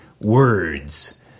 words